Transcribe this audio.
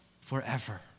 forever